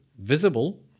visible